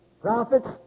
prophets